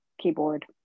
keyboard